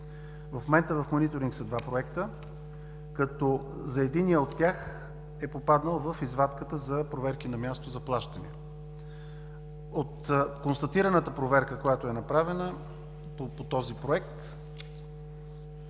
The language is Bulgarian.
В момента в мониторинг са два проекта, като единият от тях е попаднал в извадката за проверки на място за плащане. От проверката, която е направена по този проект,